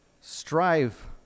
strive